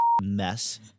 mess